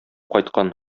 кайткан